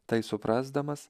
tai suprasdamas